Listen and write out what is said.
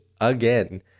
again